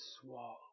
swallow